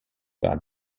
par